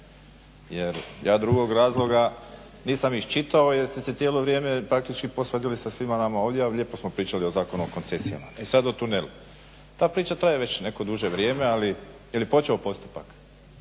jer ja drugog razloga nisam iščitao jer ste se cijelo vrijeme praktički posvadili sa svima nama ovdje, a lijepo smo pričali o Zakonu o koncesijama. E sad o tunelu. Ta priča traje već neko duže vrijeme, ali je li počeo postupak?